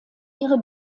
ihre